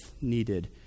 needed